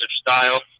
style